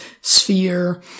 sphere